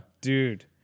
Dude